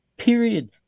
Period